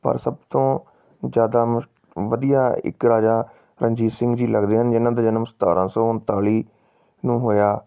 ਪਰ ਸਭ ਤੋਂ ਜ਼ਿਆਦਾ ਮ ਵਧੀਆ ਇੱਕ ਰਾਜਾ ਰਣਜੀਤ ਸਿੰਘ ਜੀ ਲੱਗਦੇ ਹਨ ਜਿਹਨਾਂ ਦਾ ਜਨਮ ਸਤਾਰਾਂ ਸੌ ਉਨਤਾਲੀ ਨੂੰ ਹੋਇਆ